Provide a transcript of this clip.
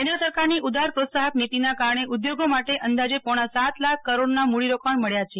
કેન્દ્ર સરકારની ઉદાર પ્રોત્સાહક નિતિના કારણે ઉદ્યોગો માટે અંદાજે પોણા સાત લાખ કરોડના મૂડીરોકાણ મળ્યા છે